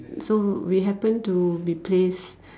so we happen to be placed